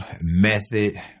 method